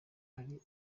ari